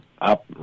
up